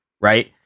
right